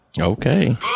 Okay